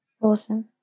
awesome